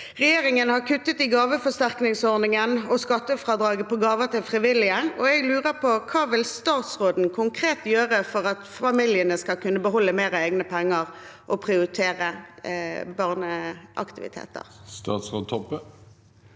Regjeringen har kuttet i gaveforsterkningsordningen og skattefradraget på gaver til frivillige, og jeg lurer på: Hva vil statsråden konkret gjøre for at familiene skal kunne beholde mer av egne penger og kunne prioritere barneaktiviteter? Statsråd